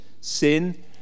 sin